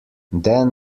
then